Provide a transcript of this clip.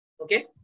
Okay